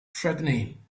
threatening